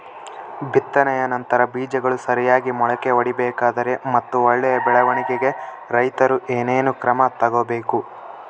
ಬಿತ್ತನೆಯ ನಂತರ ಬೇಜಗಳು ಸರಿಯಾಗಿ ಮೊಳಕೆ ಒಡಿಬೇಕಾದರೆ ಮತ್ತು ಒಳ್ಳೆಯ ಬೆಳವಣಿಗೆಗೆ ರೈತರು ಏನೇನು ಕ್ರಮ ತಗೋಬೇಕು?